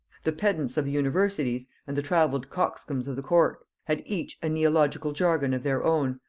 the pedants of the universities, and the travelled coxcombs of the court, had each a neological jargon of their own,